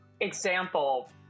example